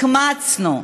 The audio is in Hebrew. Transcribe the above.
החמצנו,